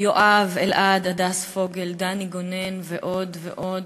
יואב, אלעד, הדס פוגל, דני גונן ועוד ועוד,